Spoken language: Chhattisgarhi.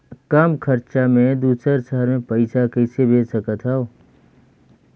कम खरचा मे दुसर शहर मे पईसा कइसे भेज सकथव?